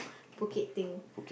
Phuket thing